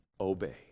obey